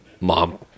mom